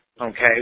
okay